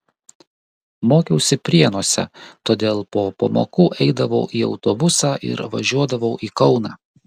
mokiausi prienuose todėl po pamokų eidavau į autobusą ir važiuodavau į kauną